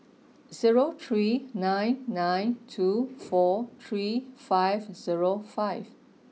zero three nine nine two four three five zero five